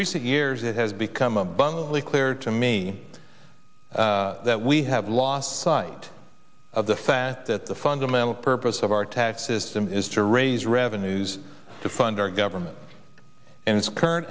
recent years it has become abundantly clear to me that we have lost sight of the fact that the fundamental purpose of our tax system is to raise revenues to fund our government and its current